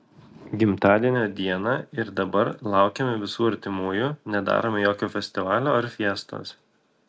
gimtadienio dieną ir dabar laukiame visų artimųjų nedarome jokio festivalio ar fiestos